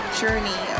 journey